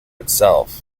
itself